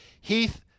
Heath